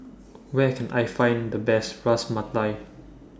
Where Can I Find The Best Ras Malai